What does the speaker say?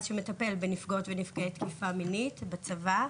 שמטפל בנפגעות ונפגעי תקיפה מינית בצבא.